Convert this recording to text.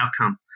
outcome